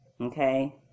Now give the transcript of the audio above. Okay